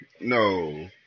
no